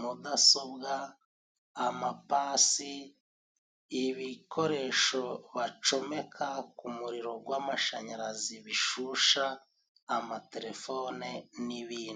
mudasobwa, amapasi ibikoresho bacomeka kumuriro gw'amashanyarazi bishyusha amatelefone n'ibindi.